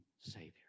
Savior